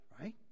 right